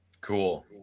cool